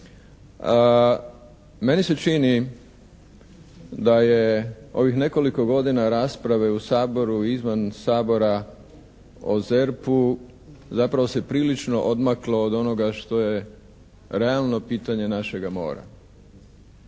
Meni se čini da je ovih nekoliko godina rasprave u Saboru i izvan Sabora o ZERP-u zapravo se prilično odmaklo od onoga što je realno pitanje našega mora